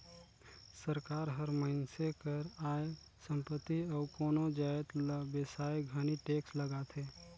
सरकार हर मइनसे कर आय, संपत्ति अउ कोनो जाएत ल बेसाए घनी टेक्स लगाथे